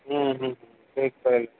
ହୁଁ ଠିକ୍ ଠିକ୍